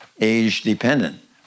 age-dependent